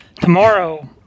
tomorrow